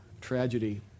tragedy